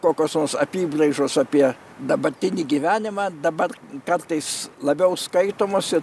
kokios nors apybraižos apie dabartinį gyvenimą dabar kartais labiau skaitomos ir